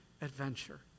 adventure